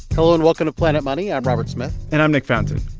hello, and welcome to planet money. i'm robert smith and i'm nick fountain.